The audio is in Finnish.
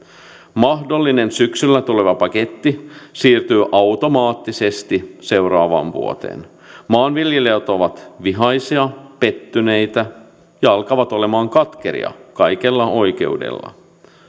mahdollinen syksyllä tuleva paketti siirtyy automaattisesti seuraavaan vuoteen maanviljelijät ovat vihaisia pettyneitä ja alkavat olemaan katkeria kaikella oikeudella